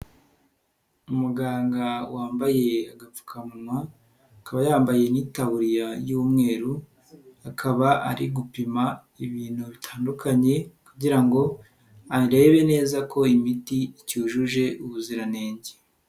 Umuganga wambaye agapfukamunwa akaba yambaye n'itaburiya y'umweru, akaba ari gupima ibintu bitandukanye kugira ngo arebe neza ko imiti icyujuje ubuziranenge.